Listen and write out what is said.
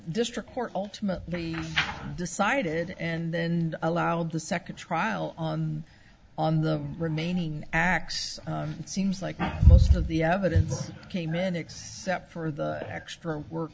district court ultimately decided and then allowed the second trial on on the remaining x seems like most of the evidence came in excess cept for the extra work